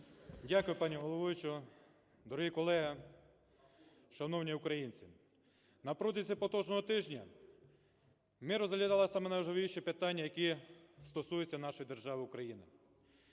Дякую, пані головуюча. Дорогі колеги, шановні українці, на протязі поточного тижня ми розглядали самі найважливіші питання, які стосуються нашої держави України.